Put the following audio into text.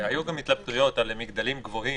היו גם התלבטויות לגבי מגדלים גבוהים,